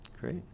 Great